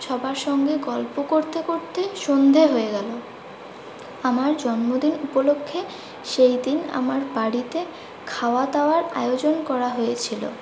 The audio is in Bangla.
সবার সঙ্গে গল্প করতে করতেই সন্ধে হয়ে গেলো আমার জন্মদিন উপলক্ষে সেই দিন আমার বাড়িতে খাওয়া দাওয়ার আয়োজন করা হয়েছিলো